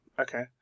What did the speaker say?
Okay